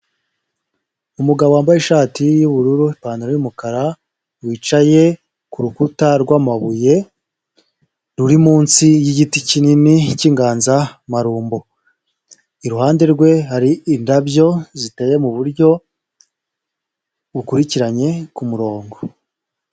Umugabo wambaye ishati y'ubururu, ipantaro y'umukara, wicaye ku rukuta rw'amabuye ruri munsi y'igiti kinini cy'inganzamarumbo, iruhande rwe hari indabyo ziteye mu buryo bukurikiranye ku murongo.